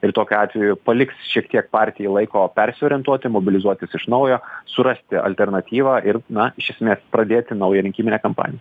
ir tokiu atveju paliks šiek tiek partijai laiko persiorientuoti mobilizuotis iš naujo surasti alternatyvą ir na iš esmės pradėti naują rinkiminę kampaniją